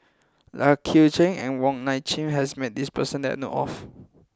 Lai Kew Chai and Wong Nai Chin has met this person that I know of